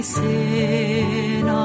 sin